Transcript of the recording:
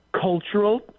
cultural